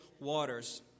waters